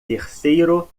terceiro